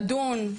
לדון,